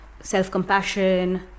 self-compassion